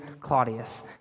Claudius